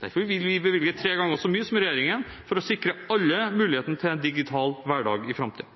Derfor vil vi bevilge tre ganger så mye som regjeringen for å sikre alle muligheten til en digital hverdag i framtiden.